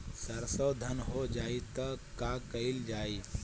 सरसो धन हो जाई त का कयील जाई?